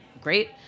great